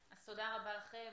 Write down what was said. אז תודה רבה לכם,